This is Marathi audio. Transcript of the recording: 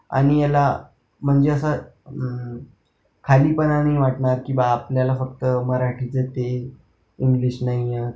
आणि याला म्हणजे असं खालीपणा नाही वाटणार की बा आपल्याला फक्त मराठीच येते इंग्लिश नाही येत